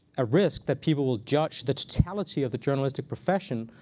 a risk that people will judge the totality of the journalistic profession,